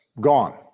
gone